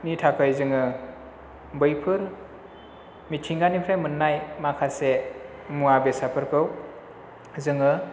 नि थाखाय जोङो बैफोर मिथिंगानिफ्राय मोननाय माखासे मुवा बेसादफोरखौ जोङो